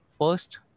First